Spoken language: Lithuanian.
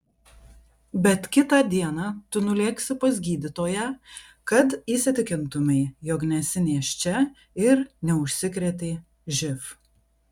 bet kitą dieną tu nulėksi pas gydytoją kad įsitikintumei jog nesi nėščia ir neužsikrėtei živ